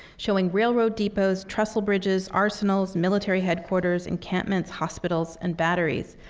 showing railroad depots, trestle bridges, arsenals, military headquarters, encampments, hospitals, and batteries.